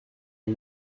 une